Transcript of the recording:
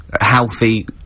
healthy